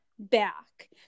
Back